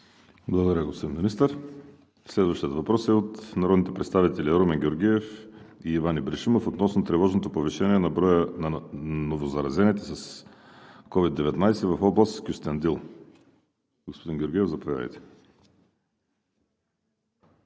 Благодаря, господин Министър. Следващият въпрос е от народните представители Румен Георгиев и Иван Ибришимов относно тревожното повишение на броя на новозаразените с COVID-19 в област Кюстендил. Господин Георгиев, заповядайте.